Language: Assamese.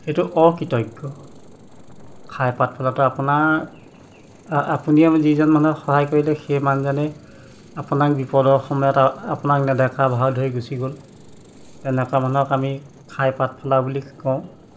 সেইটো অকৃতজ্ঞ খাই পাত ফলাটো আপোনাৰ আপুনি আজি যিজন মানুহক সহায় কৰিলে সেই মানুহজনেই আপোনাক বিপদৰ সময়ত আপোনাক নেদেখাৰ ভাও ধৰি গুচি গ'ল তেনেকুৱা মানুহক আমি খাই পাত ফলা বুলি কওঁ